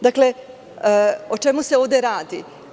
Dakle, o čemu se ovde radi?